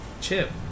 chip